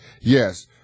yes